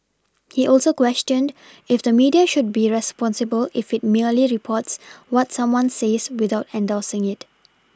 he also questioned if the media should be responsible if it merely reports what someone says without endorsing it